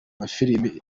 mafilimi